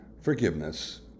forgiveness